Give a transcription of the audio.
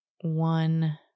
one